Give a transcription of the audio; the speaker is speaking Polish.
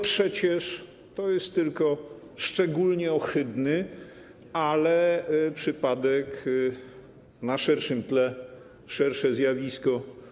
Przecież to jest tylko szczególnie ohydny przypadek, ale na szerszym tle, to szersze zjawisko.